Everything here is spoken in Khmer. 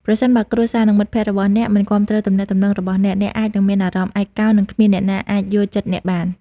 ប្រសិនបើគ្រួសារ និងមិត្តភក្តិរបស់អ្នកមិនគាំទ្រទំនាក់ទំនងរបស់អ្នក អ្នកអាចនឹងមានអារម្មណ៍ឯកោ និងគ្មានអ្នកណាអាចយល់ចិត្តអ្នកបាន។